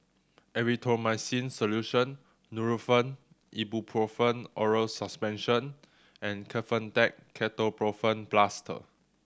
Erythroymycin Solution Nurofen Ibuprofen Oral Suspension and Kefentech Ketoprofen Plaster